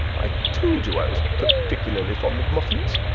i told you i was particularly fond of muffins.